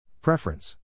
Preference